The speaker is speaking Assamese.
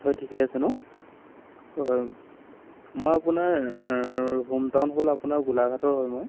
হয় ঠিকেই আছে ন হয় মই আপোনাৰ হোমটাউন হ'ল আপোনাৰ গোলাঘাটৰ হয় মই